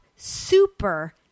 super